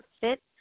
fit